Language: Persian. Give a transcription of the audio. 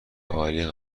عالی